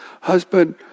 husband